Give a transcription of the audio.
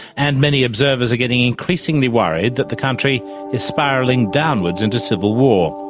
and many observers are getting increasingly worried that the country is spiralling downwards into civil war.